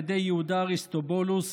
על ידי יהודה אריסטובולוס